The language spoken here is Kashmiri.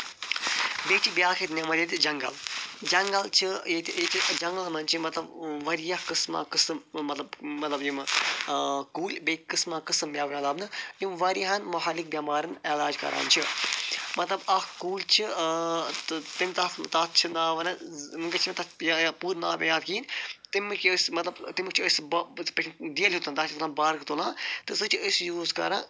بیٚیہِ چھِ بیٛاکھ اکھ نعمت ییٚتہِ جنگل جنگل چھِ ییٚتہِ جنگلَن مَنٛز چھِ مَطلَب واریاہ قٕسما قٕسم مَطلَب مَطلَب یِمہٕ کُلۍ بیٚیہِ قسما قسم مٮ۪وٕ یِوان لَبنہٕ یِم واریَہَن مہلک بیٚمارٮ۪ن علاج کران چھِ مَطلَب اکھ کُل چھُ تہٕ تَمہِ تَتھ تَتھ چھِ ناو ونان پوٗرٕ ناو یاد کِہیٖنۍ تَمکۍ یہِ ٲسۍ مَطلَب تَمکۍ چھِ أسۍ پیٚٹھِم بارک تُلان تہٕ سُہ چھِ أسۍ یوٗز کران